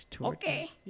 okay